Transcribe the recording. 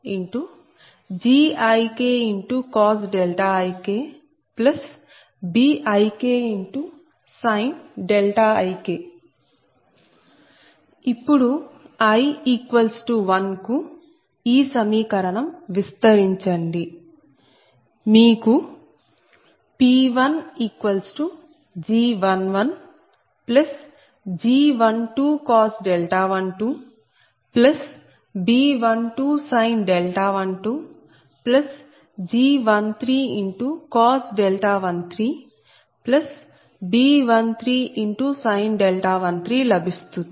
ఇప్పుడు i 1 కు ఈ సమీకరణం విస్తరించండి మీకు P1G11G1212 B1212 G1313 B13 13 లభిస్తుంది